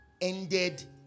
ended